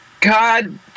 God